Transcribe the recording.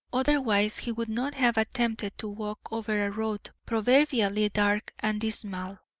otherwise he would not have attempted to walk over a road proverbially dark and dismal.